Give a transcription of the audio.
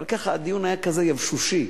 הדיון היה כזה יבשושי.